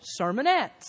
sermonettes